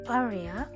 area